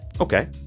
Okay